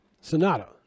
sonata